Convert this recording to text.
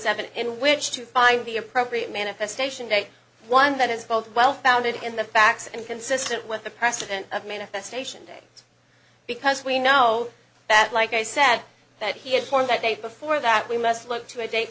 seven in which to find the appropriate manifestation day one that is both well founded in the facts and consistent with the precedent of manifestation date because we know that like i said that he had formed that date before that we must look to a date